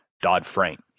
Dodd-Frank